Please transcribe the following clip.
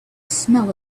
smell